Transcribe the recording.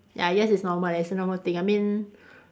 ya I guess it's normal it's a normal thing I mean